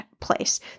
place